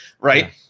right